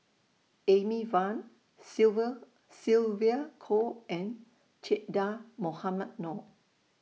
Amy Van Sylvia Kho and Che Dah Mohamed Noor